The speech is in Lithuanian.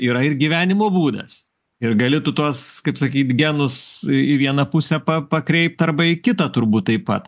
yra ir gyvenimo būdas ir gali tu tuos kaip sakyt genus į vieną pusę pa pakreipt arba į kitą turbūt taip pat